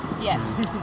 Yes